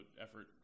effort